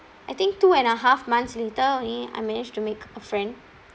I think two and a half months later I managed to make a friend